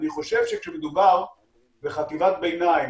אני חושב שכשמדובר בחטיבת ביניים,